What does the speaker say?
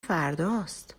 فرداست